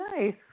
nice